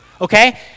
okay